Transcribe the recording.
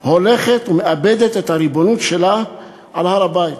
הולכת ומאבדת את הריבונות שלה על הר-הבית,